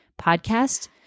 podcast